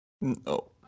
No